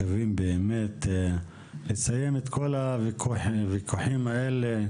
שבאמת אנחנו חושבים שזה משהו שהוא יחסית הגיוני ונוכל לעמוד בו,